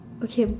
okay